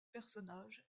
personnage